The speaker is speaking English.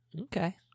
Okay